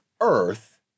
earth